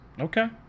Okay